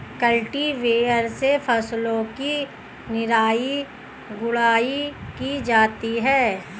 cultivator से फसलों की निराई गुड़ाई की जाती है